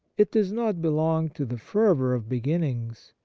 it does not belong to the fervour of begin nings,